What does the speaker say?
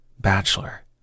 bachelor